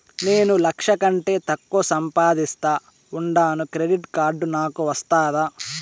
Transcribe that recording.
నేను లక్ష కంటే తక్కువ సంపాదిస్తా ఉండాను క్రెడిట్ కార్డు నాకు వస్తాదా